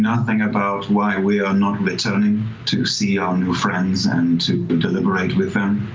nothing about why we are not returning to see our new friends and to deliberate with them.